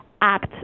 act